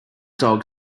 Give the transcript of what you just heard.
dog